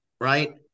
right